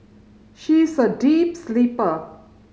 she is a deep sleeper